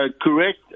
Correct